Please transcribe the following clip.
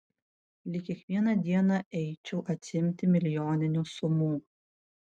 lyg kiekvieną dieną eičiau atsiimti milijoninių sumų